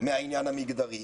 מהעניין המגדרי.